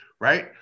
Right